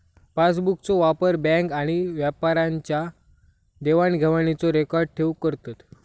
पासबुकचो वापर बॅन्क आणि व्यापाऱ्यांच्या देवाण घेवाणीचो रेकॉर्ड ठेऊक करतत